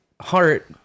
heart